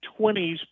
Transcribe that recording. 20s